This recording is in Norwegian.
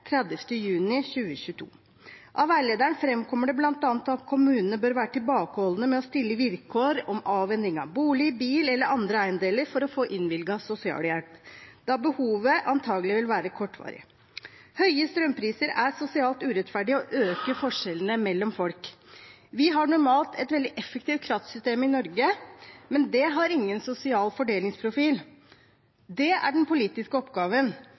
juni 2022. Av veilederen framkommer det bl.a. at kommunene bør være tilbakeholdne med å stille vilkår om avhending av bolig, bil eller andre eiendeler for å få innvilget sosialhjelp, da behovet antakelig vil være kortvarig. Høye strømpriser er sosialt urettferdig og øker forskjellene mellom folk. Vi har normalt et veldig effektivt kraftsystem i Norge, men det har ingen sosial fordelingsprofil. Det er den politiske oppgaven,